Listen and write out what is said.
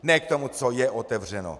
Ne k tomu, co je otevřeno.